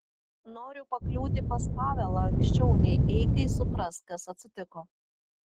noriu pakliūti pas pavelą anksčiau nei eikai supras kas atsitiko